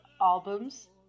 albums